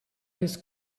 his